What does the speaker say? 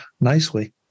nicely